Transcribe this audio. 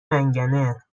منگنه